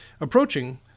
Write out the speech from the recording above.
Approaching